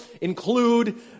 include